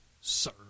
sir